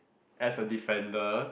as a defender